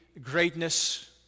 greatness